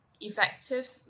effective